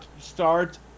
start